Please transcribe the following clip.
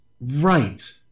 Right